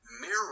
mirror